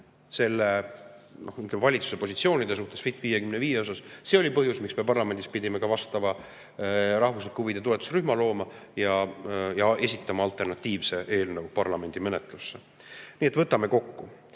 valitsuse positsioonide vastu "Fit for 55" suhtes. See oli ka põhjus, miks me parlamendis pidime vastava rahvuslike huvide toetusrühma looma ja esitama alternatiivse eelnõu parlamendi menetlusse. Nii et võtame kokku.